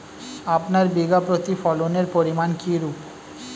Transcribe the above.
আপনার বিঘা প্রতি ফলনের পরিমান কীরূপ?